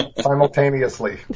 Simultaneously